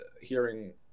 hearing